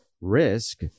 risk